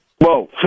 Whoa